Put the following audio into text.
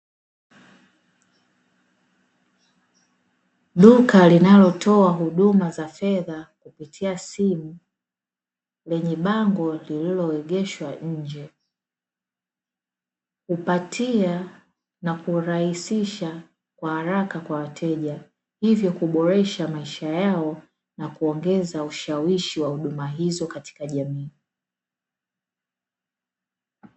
Duka linalotoa huduma za fedha kupitia simu lenye bango lililoegeshwa nje. Hupatia na kurahisha kwa haraka kwa wateja hivyo kuboresha maisha yao na kuongeza ushawishi wa huduma hizo katika jamii.